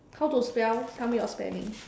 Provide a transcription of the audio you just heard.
how to spell tell me your spelling